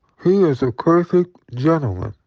he is a perfect gentleman.